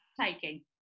taking